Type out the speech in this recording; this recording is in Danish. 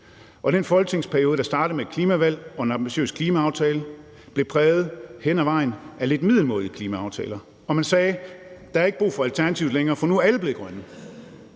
Og den folketingsperiode, der startede med et klimavalg og en ambitiøs klimaaftale blev hen ad vejen præget af lidt middelmådige klimaaftaler, og man sagde: Der er ikke brug for Alternativet længere, for nu er alle blevet grønne.